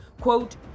Quote